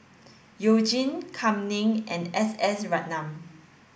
You Jin Kam Ning and S S Ratnam